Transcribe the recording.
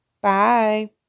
Bye